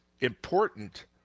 important